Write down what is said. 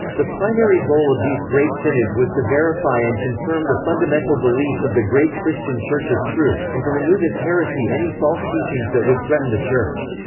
the primary goal of these great synods was to verify and confirm the fundamental beliefs of the great christian church as truth, and to remove as heresy any false teachings that would threaten the church.